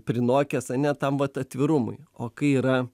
prinokęs ane tam vat atvirumui o kai yra